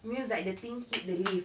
means like the thing hit the lift